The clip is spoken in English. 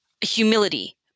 humility